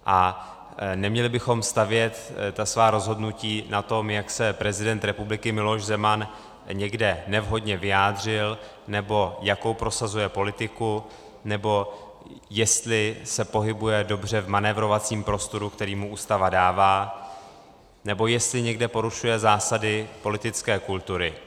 A neměli bychom stavět svá rozhodnutí na tom, jak se prezident republiky Miloš Zeman někde nevhodně vyjádřil, nebo jakou prosazuje politiku, nebo jestli se pohybuje dobře v manévrovacím prostoru, který mu Ústava dává, nebo jestli někde porušuje zásady politické kultury.